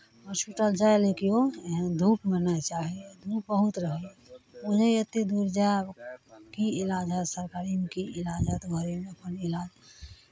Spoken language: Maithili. हॉस्पिटल जाय लए केओ नहि धूपमे नहि चाहैए धूप बहुत रहैए ओहिने एतेक दूर जायब की इलाज हएत सरकारीमे की इलाज हएत घरेमे अपन इलाज